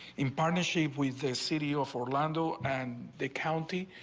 in partnership with the city of orlando and the county.